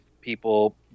people